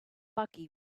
buggy